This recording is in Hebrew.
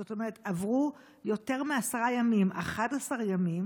זאת אומרת, עברו יותר מעשרה ימים, 11 ימים